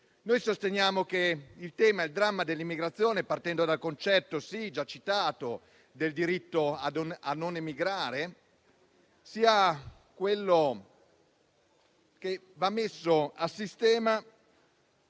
Noi sosteniamo che il dramma dell'immigrazione, partendo dal concetto già citato del diritto a non emigrare, sia quello che va messo a sistema